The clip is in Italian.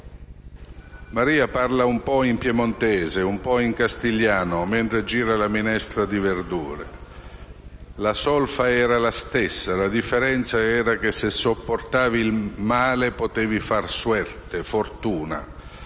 Maria parla un po' in piemontese e un po' in castigliano, mentre gira la minestra di verdure che bolle sul fuoco. "La solfa era la stessa. La differenza era che se sopportavi il male potevi fare *suerte*, fortuna.